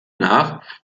nach